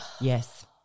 Yes